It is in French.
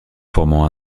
formant